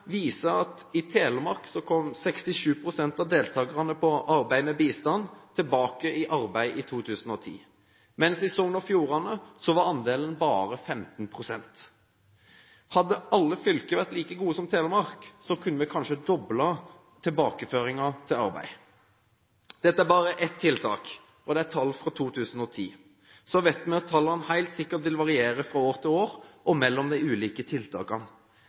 viser at i Telemark kom 67 pst. av deltakerne på «Arbeid med bistand» tilbake i arbeid i 2010, mens i Sogn og Fjordane var andelen bare 15 pst. Hadde alle fylker vært like gode som Telemark, kunne vi kanskje ha doblet tilbakeføringen til arbeid. Dette er bare ett tiltak, og det er tall fra 2010. Vi vet at tallene helt sikkert vil variere fra år til år og mellom de ulike tiltakene.